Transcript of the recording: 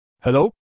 Hello